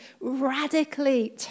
radically